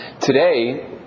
Today